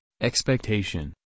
expectation